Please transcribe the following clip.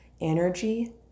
Energy